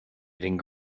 eating